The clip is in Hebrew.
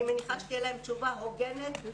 אני מניחה שתהיה להם תשובה הוגנת,